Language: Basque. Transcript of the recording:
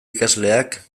ikasleak